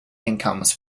incomes